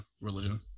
religion